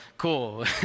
Cool